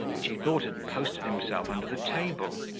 which he thought had posted himself under the table.